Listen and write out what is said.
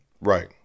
right